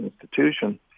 institution